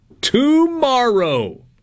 TOMORROW